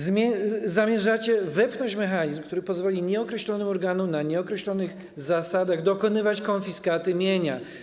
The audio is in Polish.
Zamierzacie wepchnąć mechanizm, który pozwoli nieokreślonym organom na nieokreślonych zasadach dokonywać konfiskaty mienia.